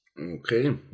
Okay